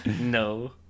No